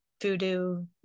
voodoo